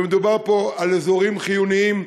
מדובר פה על אזורים חיוניים,